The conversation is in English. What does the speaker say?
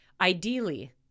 Ideally